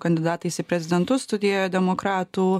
kandidatais į prezidentus studijoje demokratų